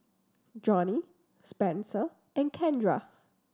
Johny Spenser and Kendra